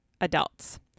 adults